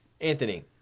Anthony